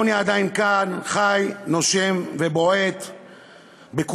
העוני עדיין כאן, חי נושם ובועט בכולנו.